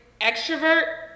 extrovert